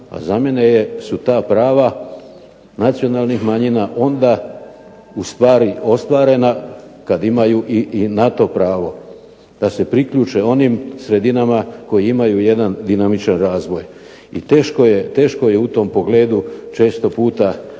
a za mene su ta prava nacionalnih manjina onda ustvari ostvarena kad imaju i na to pravo da se priključe onim sredinama koje imaju jedan dinamičan razvoj. I teško je u tom pogledu često puta